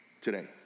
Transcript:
today